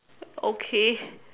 okay